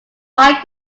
why